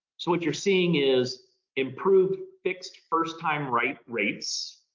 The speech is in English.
so what you're seeing is improved fixed first time, right rates,